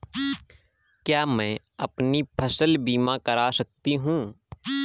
क्या मैं अपनी फसल बीमा करा सकती हूँ?